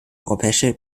europäische